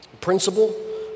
principle